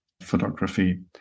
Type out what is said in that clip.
photography